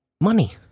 money